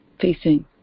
facing